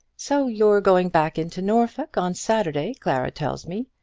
so you're going back into norfolk on saturday, clara tells me.